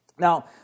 Now